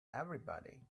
everybody